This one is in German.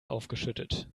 aufgeschüttet